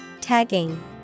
Tagging